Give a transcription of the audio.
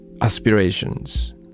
aspirations